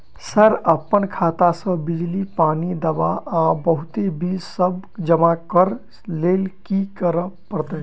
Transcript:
Sir अप्पन खाता सऽ बिजली, पानि, दवा आ बहुते बिल सब जमा करऽ लैल की करऽ परतै?